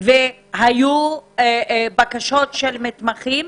והיו בקשות של מתמחים,